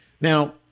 Now